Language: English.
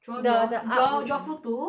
the the draw draw art room Drawful Two